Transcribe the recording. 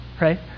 right